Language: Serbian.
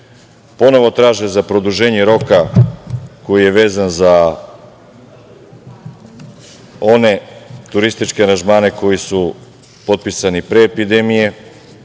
ponovo traže za produženje roka koji je vezan za one turističke aranžmane koji su potpisani pre epidemije,